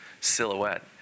silhouette